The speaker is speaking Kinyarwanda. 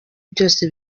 byose